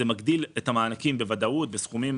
זה מגדיל את המענקים בוודאות בסכומים